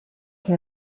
che